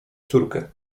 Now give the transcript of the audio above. córkę